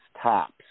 tops